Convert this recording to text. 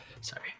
sorry